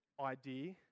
idea